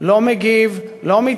בבקשה, אדוני יפתח, ואחריו, חבר